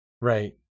Right